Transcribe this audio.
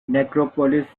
necropolis